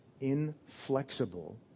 inflexible